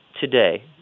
today